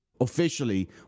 officially